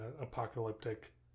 apocalyptic